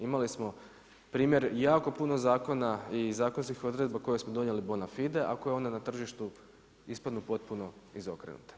Imali smo primjer jako puno zakona i zakonskih odredba koje smo donijeli bona fide a koje onda na tržištu ispadnu potpuno izokrenute.